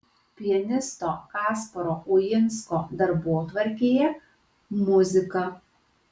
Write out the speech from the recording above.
pianisto kasparo uinsko darbotvarkėje muzika